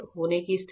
होने की स्थिति